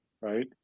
Right